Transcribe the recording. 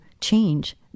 change